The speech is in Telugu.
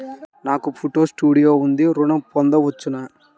నాకు ఫోటో స్టూడియో ఉంది ఋణం పొంద వచ్చునా?